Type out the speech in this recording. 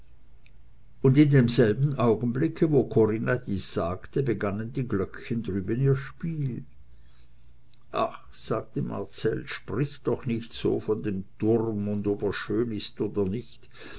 und in demselben augenblicke wo corinna dies sagte begannen die glöckchen drüben ihr spiel ach sagte marcell sprich doch nicht so von dem turm und ob er schön ist oder nicht